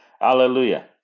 Hallelujah